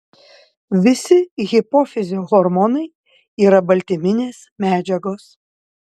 visi hipofizio hormonai yra baltyminės medžiagos